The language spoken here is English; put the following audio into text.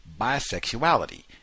bisexuality